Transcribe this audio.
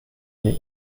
دیگه